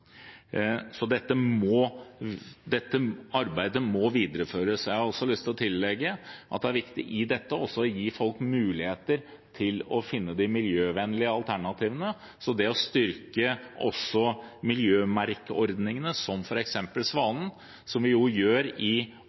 Så dette arbeidet må videreføres. Jeg vil legge til at det i dette også er viktig å gi folk muligheter til å finne de miljøvennlige alternativene. Det er viktig å styrke miljømerkeordningene, som f.eks. Svanen, som vi jo gjør i